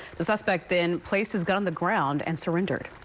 the suspect then places gun the ground and surrendered.